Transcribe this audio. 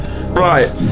Right